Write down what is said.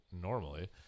normally